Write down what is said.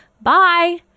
bye